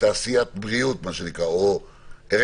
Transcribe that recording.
תעשיית בריאות או ריאגנטים,